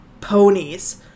ponies